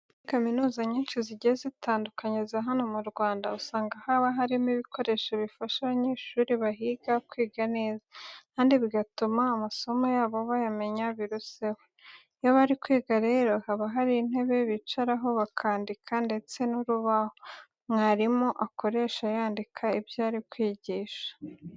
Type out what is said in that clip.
Muri kaminuza nyinshi zigiye zitandukanye za hano mu Rwanda, usanga haba harimo ibikoresho bifasha abanyeshuri bahiga kwiga neza, kandi bigatuma amasomo yabo bayamenya biruseho. Iyo bari kwiga rero, haba hari intebe bicaraho bakandika ndetse n'urubaho mwarimu akoresha yandikaho ibyo ari kwigisha.